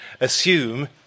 assume